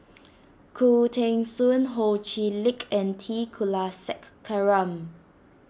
Khoo Teng Soon Ho Chee Lick and T Kulasekaram